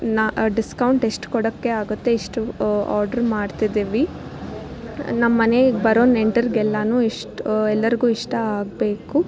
ನಾ ಡಿಸ್ಕೌಂಟ್ ಎಷ್ಟು ಕೊಡಕ್ಕೆ ಆಗುತ್ತೆ ಇಷ್ಟು ಆರ್ಡ್ರ್ ಮಾಡ್ತಿದ್ದೀವಿ ನಮ್ಮ ಮನೆಗೆ ಬರೋ ನೆಂಟರಿಗೆಲ್ಲಾನು ಇಷ್ಟ ಎಲ್ಲರಿಗೂ ಇಷ್ಟ ಆಗಬೇಕು